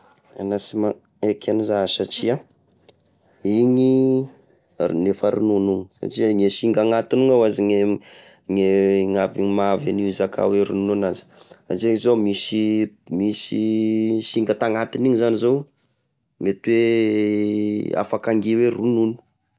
Tena sy magneky eniza ia satria: igny efa ronono iny satria gne singa agnatinao aza gne, gne avy mahavy an'io izaka hoe ronono azy satria zao misy misy singa tagnatin'igny zany zao: mety hoe afaka angia hoe ronono.